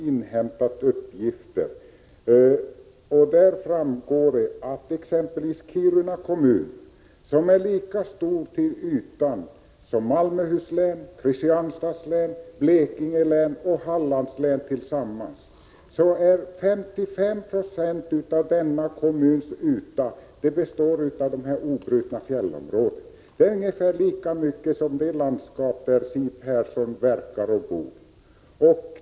Därav framgår exempelvis att Kiruna kommun, som till ytan är lika stor som Malmöhus, Kristianstads, Blekinge och Hallands län tillsammans, till 55 20 består av obrutna fjällområden. Det motsvarar ungefär ytan av det landskap som Siw Persson bor och verkar i.